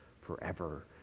forever